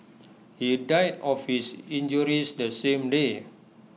he died of his injuries the same day